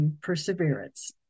Perseverance